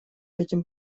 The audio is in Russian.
этим